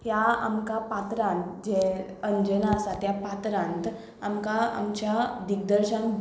ह्या आमकां पात्रान जें अंजना आसा त्या पात्रांत आमकां आमच्या दिग्दर्शांक